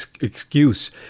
excuse